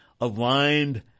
aligned